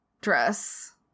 dress